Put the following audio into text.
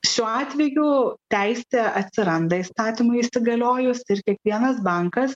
šiuo atveju teisė atsiranda įstatymui įsigaliojus ir kiekvienas bankas